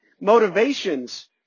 motivations